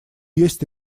есть